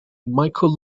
michael